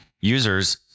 users